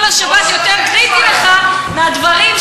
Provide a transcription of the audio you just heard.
חנין, בבקשה, אדוני.